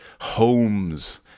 homes